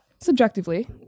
subjectively